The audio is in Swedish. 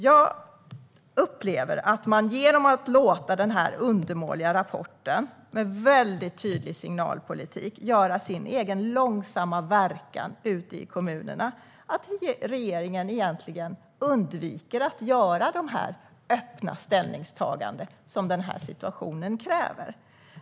Jag upplever att regeringen genom att låta denna undermåliga rapport, med väldigt tydlig signalpolitik, göra sin egen långsamma verkan ute i kommunerna egentligen undviker att göra de öppna ställningstaganden som situationen kräver.